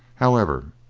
however,